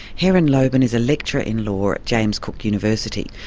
heron loban is a lecturer in law at james cook university.